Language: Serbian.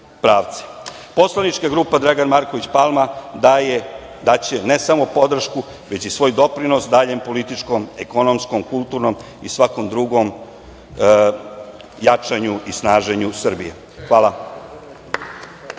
pravdem. Poslanička grupa Dragan Marković Palma daće ne samo podršku već i svoj doprinos daljem političkom, ekonomskom, kulturnom i svakom drugom jačanju i snaženju Srbije. Hvala.